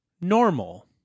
normal